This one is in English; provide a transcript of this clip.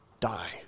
die